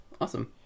Awesome